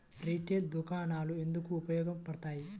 Retail దుకాణాలు ఎందుకు ఉపయోగ పడతాయి?